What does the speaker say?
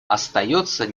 остается